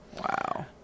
Wow